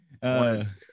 one